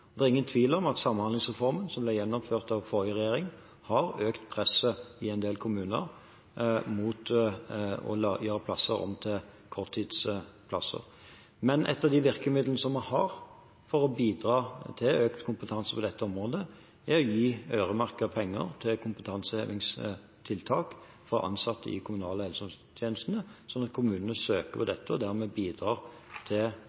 Det er ingen tvil om at samhandlingsreformen, som ble gjennomført av forrige regjering, har økt presset på å gjøre plasser om til korttidsplasser i en del kommuner. Men et av de virkemidlene vi har for å bidra til økt kompetanse på dette området, er å gi øremerkede penger til kompetansehevingstiltak for ansatte i de kommunale helsetjenestene, slik at kommunene søker på dette og dermed bidrar til